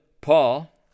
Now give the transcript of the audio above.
Paul